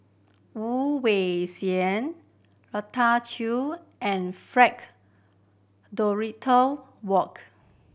Woon Wah Siang Rita and Frank Dorrington Wark